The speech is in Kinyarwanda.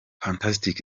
fantastic